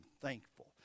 thankful